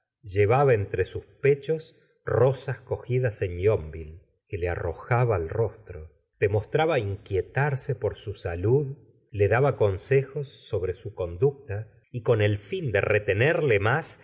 llevaba entre sus pe chos rosas cogidas en yonville que le arrojaba al rostro demostraba inquietarse por su salud le daba consejos sobre su conducta y con el fin de retenerle más